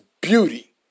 beauty